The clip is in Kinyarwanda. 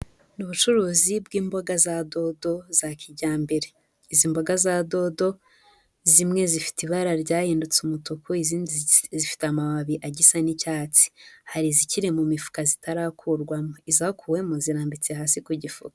Ni ubucuruzi bw'imboga za dodo za kijyambere. Izi mboga za dodo zimwe zifite ibara ryahindutse umutuku, izindi zifite amababi agisa n'icyatsi. Hari izikiri mu mifuka zitarakurwamo. Izakuwemo zirambitse hasi ku gifuka.